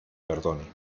perdone